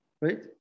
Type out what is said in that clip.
Right